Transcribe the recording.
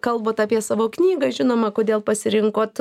kalbat apie savo knygą žinoma kodėl pasirinkot